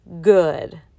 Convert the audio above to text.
good